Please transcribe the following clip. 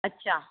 अच्छा